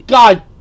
God